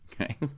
Okay